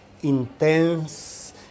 intense